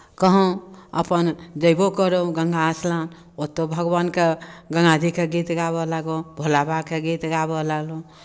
कहूँ अपन जयबो करौँ गङ्गा स्नान ओतहु भगवानके गङ्गा जीके गीत गाबय लागहुँ भोला बाबाके गीत गाबय लागहुँ